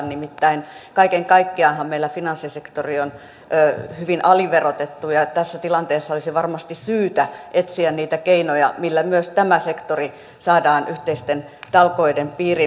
nimittäin kaiken kaikkiaanhan meillä finanssisektori on hyvin aliverotettu ja tässä tilanteessa olisi varmasti syytä etsiä niitä keinoja millä myös tämä sektori saadaan yhteisten talkoiden piiriin